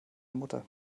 mutter